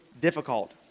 difficult